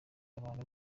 abantu